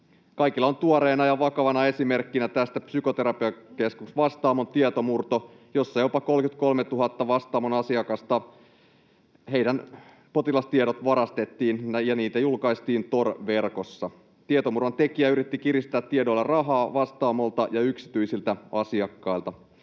muistissa tuoreena ja vakavana esimerkkinä Psykoterapiakeskus Vastaamon tietomurto, jossa jopa 33 000:n Vastaamon asiakkaan potilastiedot varastettiin ja niitä julkaistiin Tor-verkossa. Tietomurron tekijä yritti kiristää tiedoilla rahaa Vastaamolta ja yksityisiltä asiakkailta.